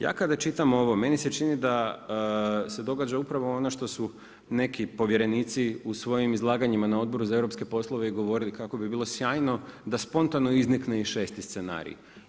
Ja kada čitam ovo, meni se čini da se događa upravo ono što su neki povjerenici u svojim izlaganjima na Odboru za europske poslove i govorili kako bi bilo sjajno da spontano iznikne i 6. scenarij.